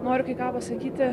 noriu kai ką pasakyti